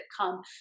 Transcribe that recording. come